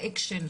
את האקשיין,